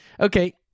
Okay